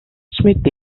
smith